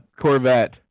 Corvette